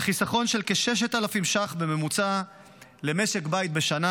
לחיסכון של כ-6,000 ש"ח בממוצע למשק בית בשנה.